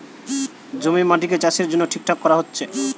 জমির মাটিকে চাষের জন্যে ঠিকঠাক কোরা হচ্ছে